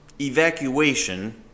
evacuation